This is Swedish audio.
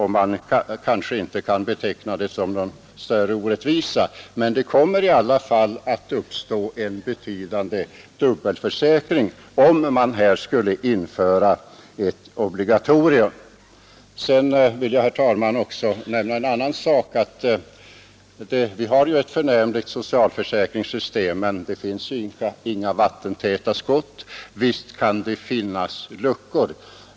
Man kanske inte kan beteckna det som någon större orättvisa, men det kommer i alla fall att uppstå en betydande dubbelförsäkring om man här skulle införa ett obligatorium. Sedan vill jag, herr talman, också nämna en annan sak. Vi har ju ett förnämligt socialförsäkringssystem, men det finns inga vattentäta skott. Visst kan det förekomma luckor.